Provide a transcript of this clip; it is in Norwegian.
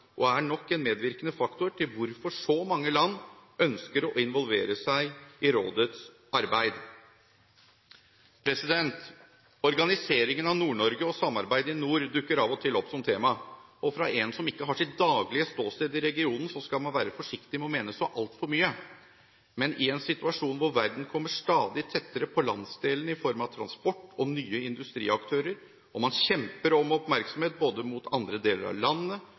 og er nok en medvirkende faktor til at så mange land ønsker å involvere seg i rådets arbeid. Organiseringen av Nord-Norge og samarbeidet i nord dukker av og til opp som tema. For en som ikke har sitt daglige ståsted i regionen, skal man være forsiktig med å mene så altfor mye, men i en situasjon der verden kommer stadig tettere på landsdelen i form av transport og nye industriaktører, og der man kjemper om oppmerksomhet mot både andre deler av landet